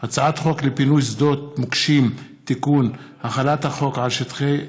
הצעת חוק לפינוי שדות מוקשים (תיקון) (החלת החוק על שטחי נפלים),